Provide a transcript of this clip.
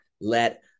let